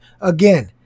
Again